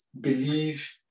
believe